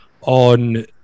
on